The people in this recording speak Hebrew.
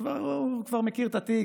הוא כבר מכיר את התיק,